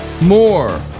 more